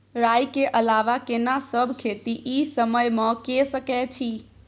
राई के अलावा केना सब खेती इ समय म के सकैछी?